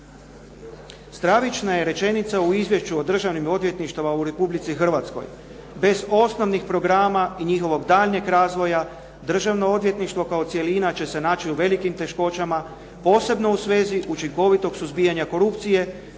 Stravična je rečenica o izvješću o državnim odvjetništava u Republici Hrvatskoj. Bez osnovnih programa i njihovog daljeg razvoja državno odvjetništvo kao cjelina će se naći u velikim teškoćama, posebno u svezi učinkovitog suzbijanja korupcije,